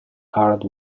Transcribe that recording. card